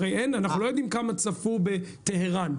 אנחנו לא יודעים כמה צפו ב"טהרן",